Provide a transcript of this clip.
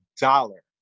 dollar